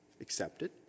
accepted